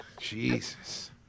Jesus